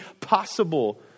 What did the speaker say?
possible